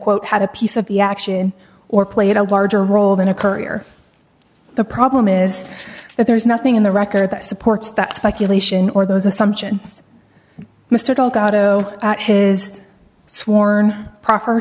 quote had a piece of the action or played a larger role than a courier the problem is that there is nothing in the record that supports that speculation or those assumptions mr delgado at his sworn pro